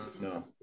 No